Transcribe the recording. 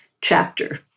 chapter